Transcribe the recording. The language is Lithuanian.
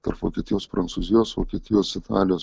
tarp vokietijos prancūzijos vokietijos italijos